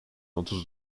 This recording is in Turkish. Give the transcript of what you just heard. otuz